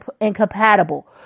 incompatible